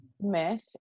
myth